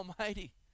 Almighty